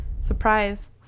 surprise